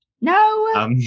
No